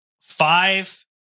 five